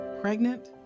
Pregnant